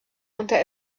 unter